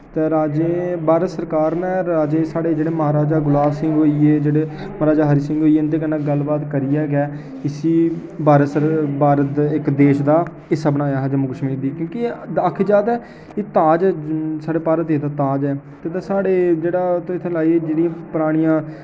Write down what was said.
ते राजै भारत सरकार ने राजै साढ़े महाराजे म्हाराजा गुलाब सिंह होए जेह्ड़े म्हाराजा हरि सिंह होई गे कन्नै गल्ल बात करियै गै इसी भारत दे इस इक देश दा हिस्सा बनाया हा जम्मू कश्मीर गी क्योंकि आखेआ जाऽ ते एह् ताज ऐ साढ़े भारत देश दा ताज ऐ क्योंकि साढ़े जेह्ड़ियां परानियां